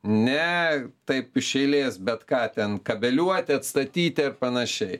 ne taip iš eilės bet ką ten kabeliuoti atstatyti ir panašiai